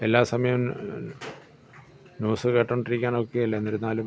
എല്ലാ സമയം ന്യൂസ് കേട്ടുകൊണ്ടിരിക്കാന് ഒക്കുകയില്ല എന്നിരുന്നാലും